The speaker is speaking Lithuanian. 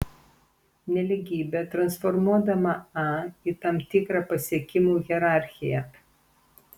nelygybę transformuodama a į tam tikrą pasiekimų hierarchiją